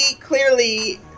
clearly